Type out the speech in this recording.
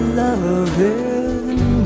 loving